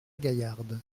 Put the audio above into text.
gaillarde